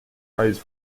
prize